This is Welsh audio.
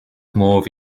modd